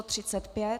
35.